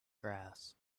grass